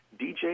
DJ